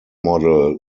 model